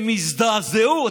הם הזדעזעו.